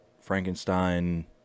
Frankenstein